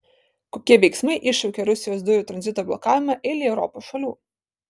kokie veiksmai iššaukė rusijos dujų tranzito blokavimą eilei europos šalių